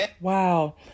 Wow